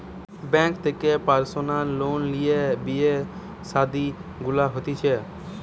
bank থেকে personal loan লিয়ে বিয়ে শাদী গুলা হতিছে